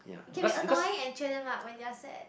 it can be annoying and cheer them up when they are sad